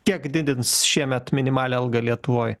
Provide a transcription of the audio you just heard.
kiek didins šiemet minimalią algą lietuvoj